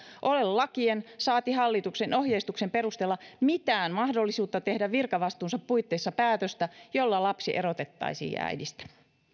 ole lakien saati hallituksen ohjeistuksen perusteella mitään mahdollisuutta tehdä virkavastuunsa puitteissa päätöstä jolla lapsi erotettaisiin äidistä